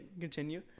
continue